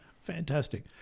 Fantastic